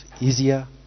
easier